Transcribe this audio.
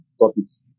topics